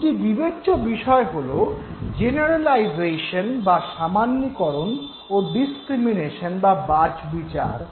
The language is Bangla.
দু'টি বিবেচ্য বিষয় হল জেনারালাইজেশন বা সামান্যীকরণ ও ডিসক্রিমিনেশন বা বাছবিচার